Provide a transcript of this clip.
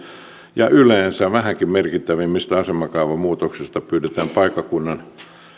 ja yleensä vähänkin merkittävämmistä asemakaavamuutoksista pyydetään paikkakunnalla